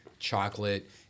chocolate